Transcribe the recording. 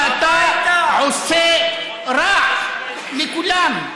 שאתה עושה רע לכולם.